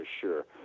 sure